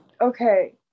okay